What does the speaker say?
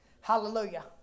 Hallelujah